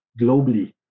globally